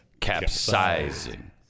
capsizing